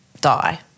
die